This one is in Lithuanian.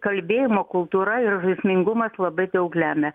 kalbėjimo kultūra ir žaismingumas labai daug lemia